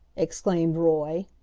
exclaimed roy.